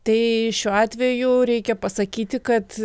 tai šiuo atveju reikia pasakyti kad